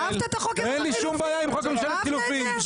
אין לי שום בעיה עם חוק ממשלת חילופין.